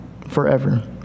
forever